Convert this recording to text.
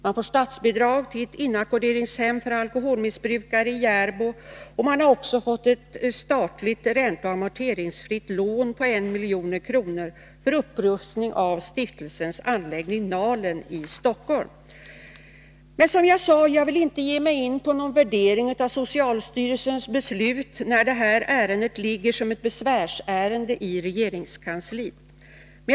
Den får statsbidrag till ett inackorderingshem för alkoholmissbrukare i Järbo, och den har också fått ett statligt ränteoch amorteringsfritt lån på 1 milj.kr. för upprustning av stiftelsens anläggning Nalen i Stockholm. Som jag sade förut vill jag inte ge mig in på någon värdering av socialstyrelsens beslut när detta ärende ligger som ett besvärsärende i regeringskansliet.